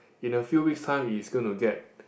in the few weeks time it's going to get